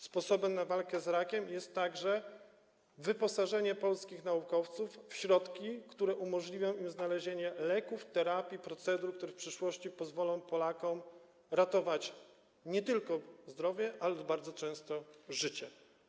Sposobem na walkę z rakiem jest także wyposażenie polskich naukowców w środki, które umożliwią im znalezienie leków, terapii, procedur, które w przyszłości pozwolą ratować Polakom nie tylko zdrowie, ale i bardzo często życie.